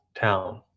town